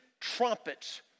trumpets